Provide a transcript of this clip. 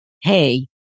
hey